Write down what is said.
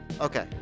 okay